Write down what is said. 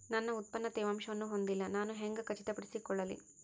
ನನ್ನ ಉತ್ಪನ್ನ ತೇವಾಂಶವನ್ನು ಹೊಂದಿಲ್ಲಾ ನಾನು ಹೆಂಗ್ ಖಚಿತಪಡಿಸಿಕೊಳ್ಳಲಿ?